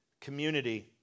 community